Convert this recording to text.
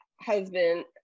husband